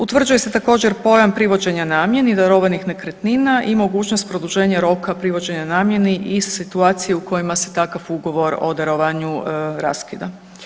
Utvrđuje se također pojam privođenja namjeni darovanih nekretnina i mogućnost produženja roka privođenja namjeni i situacije u kojima se takav ugovor o darovanju raskida.